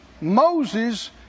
Moses